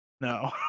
No